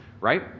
right